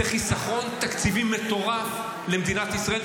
זה חיסכון תקציבי מטורף למדינת ישראל.